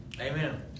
Amen